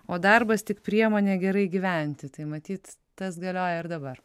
o darbas tik priemonė gerai gyventi tai matyt tas galioja ir dabar